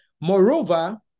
Moreover